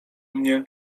mnie